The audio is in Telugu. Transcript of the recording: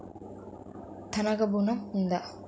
తనఖా ఋణం ఉందా?